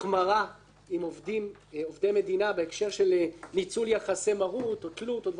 עם עובדי מדינה בהקשר של ניצול יחסי מרות או תלות או דברים כאלה,